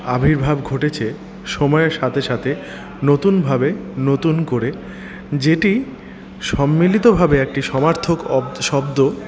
আবির্ভাব ঘটেছে সময়ের সাথে সাথে নতুনভাবে নতুন করে যেটি সম্মিলিতভাবে একটি সমার্থক শব্দ